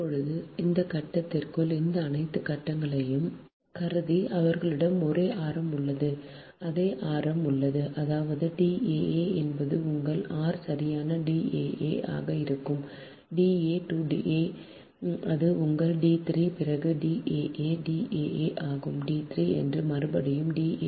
இப்போது இந்த கடத்திகள் இந்த அனைத்து கட்டங்களையும் கருதி அவர்களிடம் ஒரே ஆரம் உள்ளது அதே ஆரம் உள்ளது அதாவது daa என்பது உங்கள் r சரியாக daa ஆக இருக்கும் d a to a அது உங்கள் d3 பிறகு daa daa ஆகும் d3 and மறுபடியும் daa